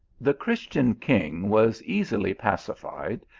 the christian king was easily pacified,